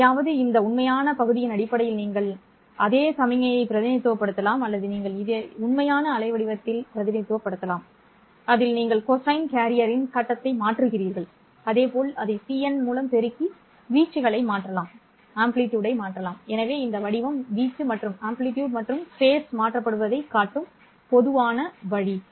எதையாவது இந்த உண்மையான பகுதியின் அடிப்படையில் நீங்கள் அதே சமிக்ஞையை பிரதிநிதித்துவப்படுத்தலாம் அல்லது நீங்கள் இதை உண்மையான அலைவடிவத்தில் பிரதிநிதித்துவப்படுத்தலாம் அதில் நீங்கள் கொசைன் கேரியரின் கட்டத்தை மாற்றுகிறீர்கள் அதே போல் அதை சிஎன் மூலம் பெருக்கி வீச்சுகளை மாற்றலாம் எனவே இந்த வடிவம் வீச்சு மற்றும் கட்டம் மாற்றப்படுவதைக் காட்டும் பொதுவான வழி